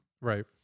Right